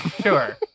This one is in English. Sure